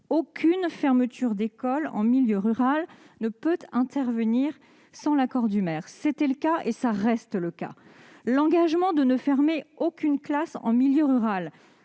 aucune fermeture d'école en milieu rural ne peut intervenir sans l'accord du maire. C'était le cas et cela reste le cas ! L'engagement de ne fermer aucune classe en milieu rural